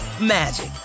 magic